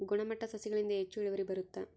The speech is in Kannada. ಗುಣಮಟ್ಟ ಸಸಿಗಳಿಂದ ಹೆಚ್ಚು ಇಳುವರಿ ಬರುತ್ತಾ?